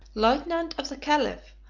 lieutenant of the caliph,